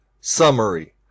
Summary